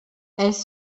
elles